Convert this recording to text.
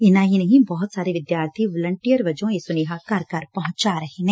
ਇੰਨਾ ਹੀ ਨਹੀ ਬਹੁਤ ਸਾਰੇ ਵਿਦਿਆਰਬੀ ਵਲੰਟੀਅਰਾਂ ਵਜੋਂ ਇਹ ਸੁਨੇਹਾ ਘਰ ਘਰ ਪਹੁੰਚਾ ਰਹੇ ਨੇ